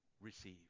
receive